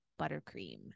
buttercream